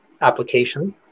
application